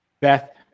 Beth